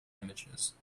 images